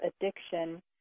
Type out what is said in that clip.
addiction